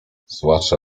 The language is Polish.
zwłaszcza